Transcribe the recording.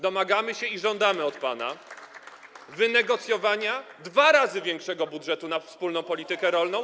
Domagamy się i żądamy od pana wynegocjowania dwa razy większego budżetu na wspólną politykę rolną.